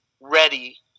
ready